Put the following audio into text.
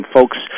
Folks